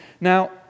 Now